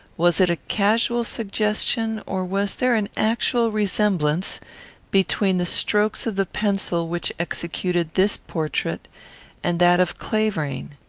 was it a casual suggestion, or was there an actual resemblance between the strokes of the pencil which executed this portrait and that of clavering?